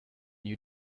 you